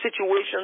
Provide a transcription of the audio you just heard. situations